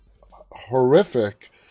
horrific